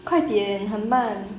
快点很慢